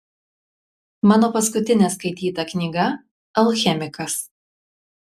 mano paskutinė skaityta knyga alchemikas